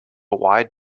wide